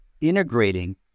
integrating